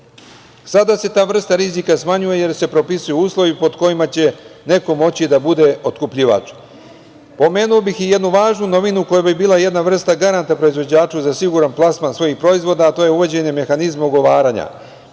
Sada se ta vrsta rizika smanjuje, jer se propisuju uslovi pod kojima će neko moći da bude otkupljivač. Pomenuo bih i jednu važnu novinu koja bi bila jedna vrsta garanta proizvođaču za siguran plasman svojih proizvoda, a to je uvođenje mehanizma ugovaranja.